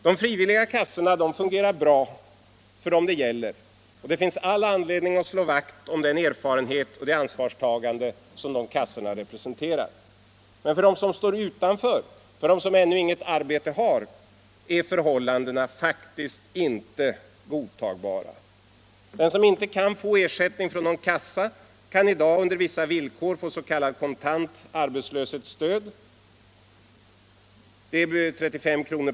De frivilliga kassorna fungerar bra för dem de gäller, och det finns all anledning att slå vakt om den erfarenhet och det ansvarstagande som dessa kassor representerar. Men för dem som står utanför, för dem som ännu inget arbete har, är förhållandena faktiskt inte godtagbara. Den som inte får ersättning från någon kassa kan i dag under vissa villkor få s.k. kontant arbetslöshetsstöd. Det är 35 kr.